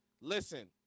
Listen